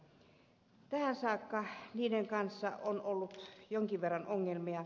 tähän saakka niiden kanssa on ollut jonkin verran ongelmia